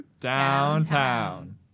Downtown